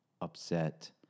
upset